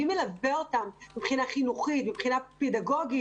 מי מלווה אותם מבחינה חינוכית, מבחינה פדגוגית?